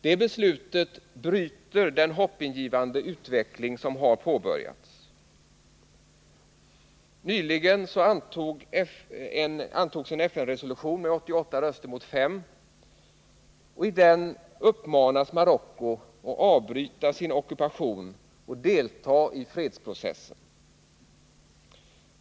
Detta beslut bryter den hoppingivande utveckling som har påbörjats. Nyligen antogs en FN-resolution med 88 röster mot 5 och i den uppmanas Marocko att avbryta sin ockupation och delta i fredsprocessen.